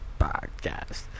podcast